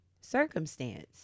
circumstance